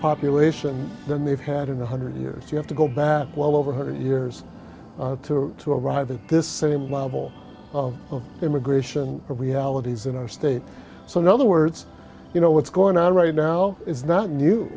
population than they've had in a hundred years you have to go back well over a hundred years to arrive at this same level of immigration realities in our state so in other words you know what's going on right now is not